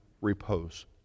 repose